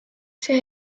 see